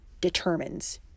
determines